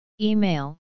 Email